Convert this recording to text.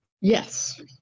Yes